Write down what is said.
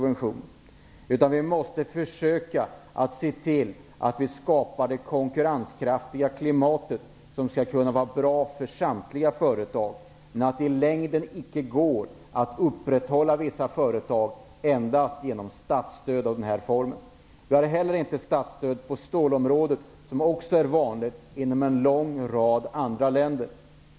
Vi måste försöka skapa det konkurrenskraftiga klimat som är bra för samtliga företag. Det går inte att i längden upprätthålla vissa företag genom statsstöd i den här formen. Vi har inte heller statsstöd inom stålområdet. Det är också vanligt i en rad andra länder.